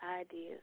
ideas